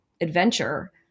adventure